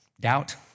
doubt